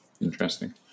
Interesting